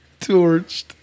torched